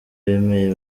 bemeye